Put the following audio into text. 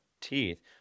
teeth